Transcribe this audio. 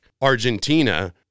Argentina